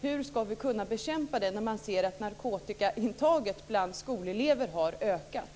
hur ska vi ändå kunna bekämpa det här när man ser att narkotikaintaget bland skolelever har ökat?